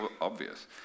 obvious